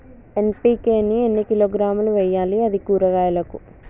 NPK ని ఎన్ని కిలోగ్రాములు వెయ్యాలి? అది కూరగాయలకు?